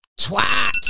twat